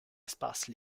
espaces